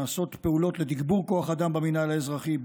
נעשות פעולות לתגבור כוח אדם במינהל האזרחי,